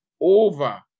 over